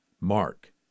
Mark